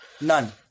None